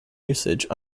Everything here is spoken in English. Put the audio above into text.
usage